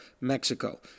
Mexico